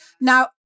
Now